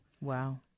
Wow